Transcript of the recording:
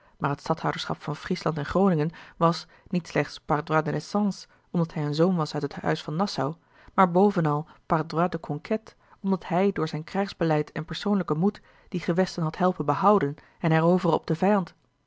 dat hij stadhouder van friesland en groningen was niet slechts par droit de naissance omdat hij een zoon was uit het huis van nassau maar bovenal par droit de conquête omdat hij door zijn krijgsbeleid en persoonlijken moed die gewesten had helpen behouden en heroveren op den vijand